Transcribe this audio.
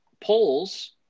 polls